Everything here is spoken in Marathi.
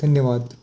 धन्यवाद